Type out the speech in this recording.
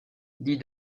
dis